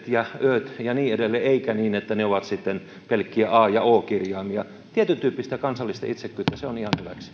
ja öt ja niin edelleen eikä niin että ne ovat sitten pelkkiä a ja o kirjaimia tietyntyyppistä kansallista itsekkyyttä se on ihan hyväksi